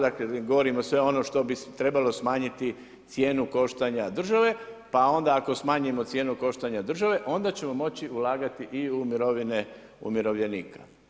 Dakle, govorimo sve ono što bi trebalo smanjiti cijenu koštanja države, pa onda ako smanjimo cijenu koštanja države, onda ćemo moći ulagati i u mirovine umirovljenika.